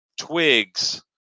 twigs